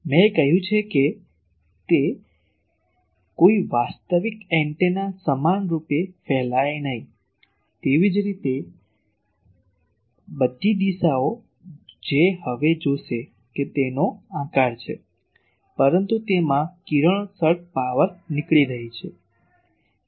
મેં કહ્યું છે કે કોઈ વાસ્તવિક એન્ટેના સમાનરૂપે ફેલાય નહીં તેવી જ રીતે બધી દિશાઓ જે હવે જોશે કે તેનો આકાર છે પરંતુ તેમાં કિરણોત્સર્ગ પાવર નીકળી રહી છે